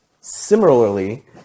Similarly